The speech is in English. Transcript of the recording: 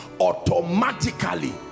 automatically